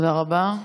תודה רבה.